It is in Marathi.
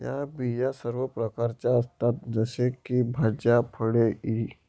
या बिया सर्व प्रकारच्या असतात जसे की भाज्या, फळे इ